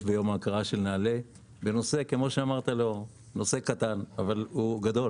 ביום ההוקרה של נעל"ה בנושא קטן אבל הוא גדול